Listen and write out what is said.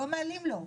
לא מעלים לו.